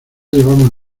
llevamos